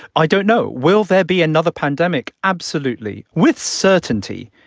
i don't know. will there be another pandemic? absolutely. with certainty,